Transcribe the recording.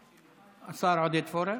השר עודד פורר.